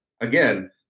Again